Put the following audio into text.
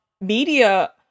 media